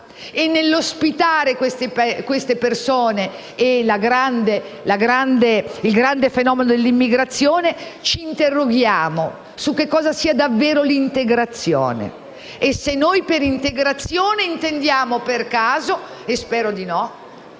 nell'ospitare queste persone e il grande fenomeno dell'immigrazione, ci interroghiamo su cosa sia davvero l'integrazione e se noi per integrazione intendiamo per caso - spero di no